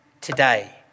Today